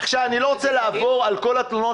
עכשיו אני לא רוצה לעבור על כל התלונות